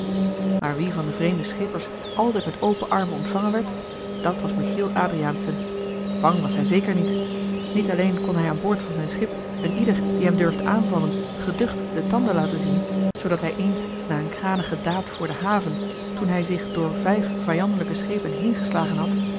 maar wie van de vreemde schippers altijd met open armen ontvangen werd dat was michiel adriaensen bang was hij zeker niet niet alleen kon hij aan boord van zijn schip een ieder die hem durfde aanvallen geducht de tanden laten zien zoodat hij eens na een kranige daad voor de haven toen hij zich joh h been paddeltje de scheepsjongen van michiel de ruijter door vijf vijandelijke schepen heen geslagen had